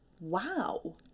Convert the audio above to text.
Wow